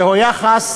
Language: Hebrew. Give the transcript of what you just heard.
זהו יחס